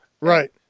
Right